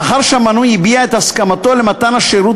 לאחר שהמנוי הביע את הסכמתו למתן השירות